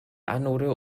anode